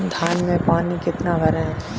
धान में पानी कितना भरें?